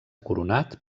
coronat